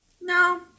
No